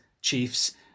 Chiefs